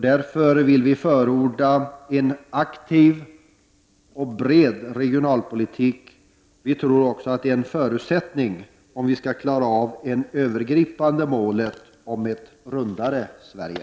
Därför vill vi förorda en aktiv och bred regionalpolitik. Vi tror också att det är en förutsättning för att vi skall klara av det övergripande målet — ett rundare Sverige.